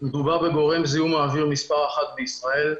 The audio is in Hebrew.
מדובר בגורם זיהום האוויר מס' 1 בישראל,